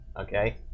Okay